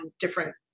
different